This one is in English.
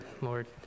Lord